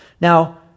Now